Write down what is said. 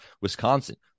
Wisconsin